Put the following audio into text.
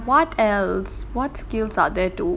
what else what skills are there to